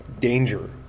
danger